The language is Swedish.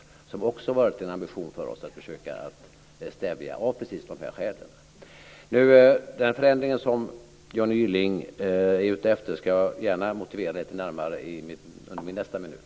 Det har också varit en ambition för oss att försöka stävja det av precis dessa skäl. Den förändring som Johnny Gylling är ute efter ska jag gärna motivera lite närmare under min nästa minut.